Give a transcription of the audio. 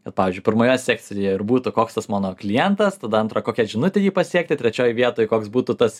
kad pavyzdžiui pirmoje sekcijoje ir būtų koks tas mano klientas tada antra kokia žinute jį pasiekti trečioj vietoj koks būtų tas